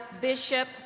bishop